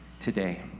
today